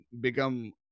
become